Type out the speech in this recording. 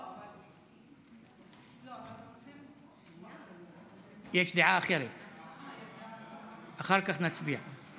לא, אנחנו רוצים, יש דעה אחרת, אחר כך נצביע.